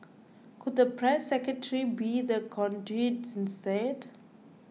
could the press secretary be the conduit instead